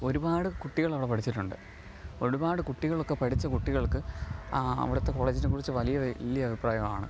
ഒരുപാട് കുട്ടികൾ അവിടെ പഠിച്ചിട്ടുണ്ട് ഒരുപാട് കുട്ടികളൊക്കെ പഠിച്ച കുട്ടികൾക്ക് അവിടുത്തെ കോളേജിനെ കുറിച്ച് വലിയ വലിയ അഭിപ്രായമാണ്